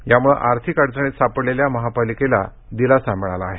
यामुळे आर्थिक अडचणीत सापडलेल्या महापालिकेला दिलासा मिळाला आहे